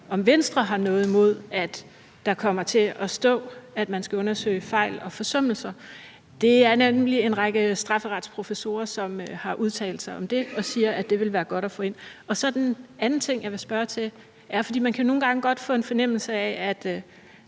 om Venstre har noget imod, at der kommer til at stå, at man skal undersøge fejl og forsømmelser. Der er nemlig en række strafferetsprofessorer, som har udtalt sig om det, og de siger, at det vil være godt at få ind. Der er en anden ting, jeg vil spørge til. Man kan nogle gange godt få en fornemmelse af, at